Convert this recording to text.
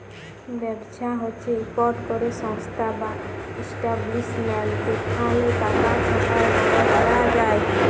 ব্যবসা হছে ইকট ক্যরে সংস্থা বা ইস্টাব্লিশমেল্ট যেখালে টাকা খাটায় বড় হউয়া যায়